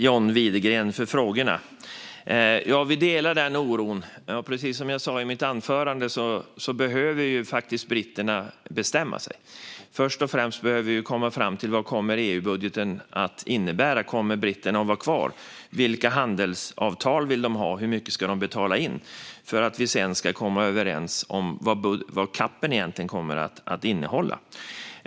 Fru talman! Tack för frågorna, John Widegren! Vi delar den oron - precis som jag sa i mitt anförande behöver britterna faktiskt bestämma sig. Först och främst behöver vi komma fram till vad EU-budgeten kommer att innebära. Kommer britterna att vara kvar? Vilka handelsavtal vill de ha, och hur mycket ska de betala in? Sedan ska vi komma överens om vad CAP:en egentligen ska innehålla.